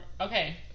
Okay